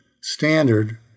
standard